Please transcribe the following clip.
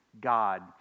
God